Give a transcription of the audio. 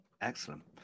excellent